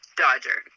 dodger